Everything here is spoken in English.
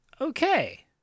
okay